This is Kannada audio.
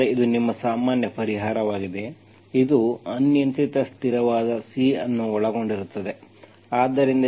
ಆದ್ದರಿಂದ ಇದು ನಿಮ್ಮ ಸಾಮಾನ್ಯ ಪರಿಹಾರವಾಗಿದೆ ಇದು ಅನಿಯಂತ್ರಿತ ಸ್ಥಿರವಾದ C ಅನ್ನು ಒಳಗೊಂಡಿರುತ್ತದೆ